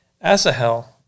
Asahel